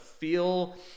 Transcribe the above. feel